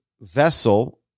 vessel